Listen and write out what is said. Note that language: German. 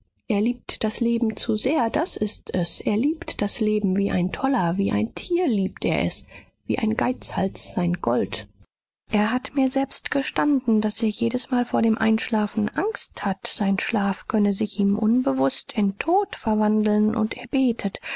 er liebt das leben zu sehr das ist es er liebt das leben wie ein toller wie ein tier liebt er es wie ein geizhals sein gold er hat mir selbst gestanden daß er jedesmal vor dem einschlafen angst hat sein schlaf könne sich ihm unbewußt in tod verwandeln und er betet